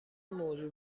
موضوع